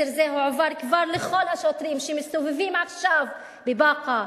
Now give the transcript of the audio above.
מסר זה הועבר כבר לכל השוטרים שמסתובבים עכשיו בבאקה,